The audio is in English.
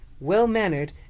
well-mannered